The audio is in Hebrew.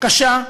קשה,